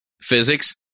Physics